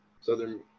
Southern